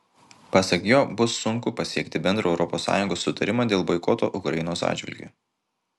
pasak jo bus sunku pasiekti bendrą europos sąjungos sutarimą dėl boikoto ukrainos atžvilgiu